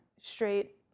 straight